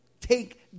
take